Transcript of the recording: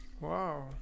Wow